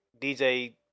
dj